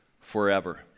forever